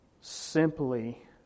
simply